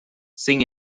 sin